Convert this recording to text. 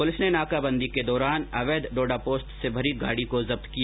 police ने नाकाबंदी के दौरान अवैध डोडा पोस्त से भरी गाड़ी को जब्त किया